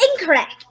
Incorrect